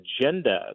agenda